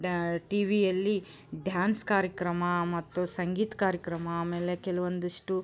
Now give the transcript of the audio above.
ಡ ಟಿವಿಯಲ್ಲಿ ಡ್ಯಾನ್ಸ್ ಕಾರ್ಯಕ್ರಮ ಮತ್ತು ಸಂಗೀತ ಕಾರ್ಯಕ್ರಮ ಆಮೇಲೆ ಕೆಲವೊಂದಿಷ್ಟು